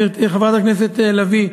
חברת הכנסת לביא,